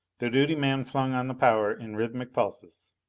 the duty man flung on the power in rhythmic pulses